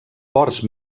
ports